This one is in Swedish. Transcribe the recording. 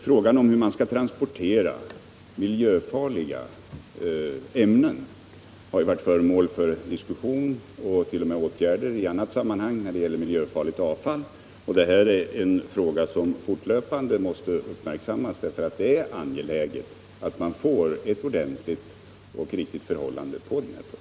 Frågan om hur man skall transportera miljöfarliga ämnen har ju varit föremål för diskussion och t.o.m. åtgärder i annat sammanhang; det gällde då miljöfarligt avfall. Detta är ett problem som fortlöpande måste uppmärksammas, för det är angeläget att man får ett ordentligt och riktigt förhållande på den här punkten.